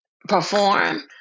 perform